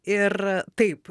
ir taip